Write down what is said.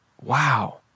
wow